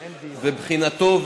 ובחינתו,